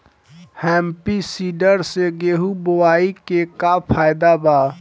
Happy seeder से गेहूं बोआई के का फायदा बा?